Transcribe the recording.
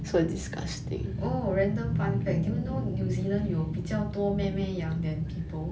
oh random fun fact do you know new zealand 有比较多 meh meh 羊 than people